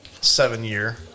seven-year